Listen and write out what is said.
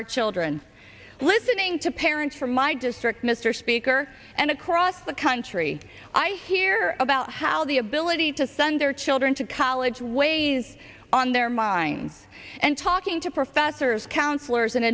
our children listening to parents from my district mr speaker and across the country i hear about how the ability to send their children to college weighs on their minds and talking to professors counselors and